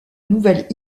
nouvelle